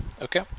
okay